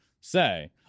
say